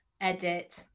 edit